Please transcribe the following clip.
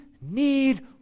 need